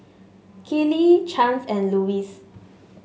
Kellee Chance and Louis